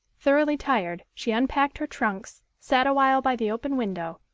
thoroughly tired, she unpacked her trunks, sat awhile by the open window,